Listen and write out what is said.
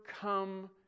come